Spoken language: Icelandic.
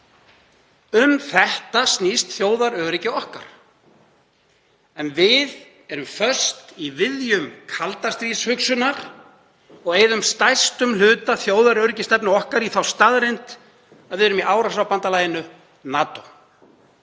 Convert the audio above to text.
Um þetta snýst þjóðaröryggi okkar. En við erum föst í viðjum kaldastríðshugsunar og eyðum stærstum hluta þjóðaröryggisstefnu okkar í þá staðreynd að við erum í árásarbandalaginu NATO